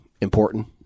important